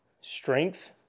strength